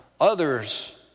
others